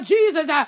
Jesus